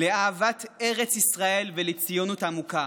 לאהבת ארץ ישראל ולציונות עמוקה.